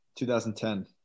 2010